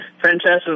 Francesca